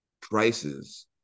prices